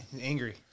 Angry